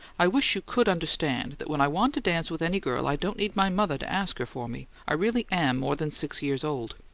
i wish you could understand that when i want to dance with any girl i don't need my mother to ask her for me. i really am more than six years old!